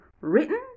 written